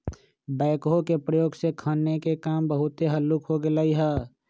backhoe के प्रयोग से खन्ने के काम बहुते हल्लुक हो गेलइ ह